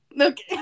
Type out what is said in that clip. Okay